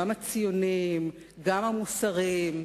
גם הציוניים, גם המוסריים.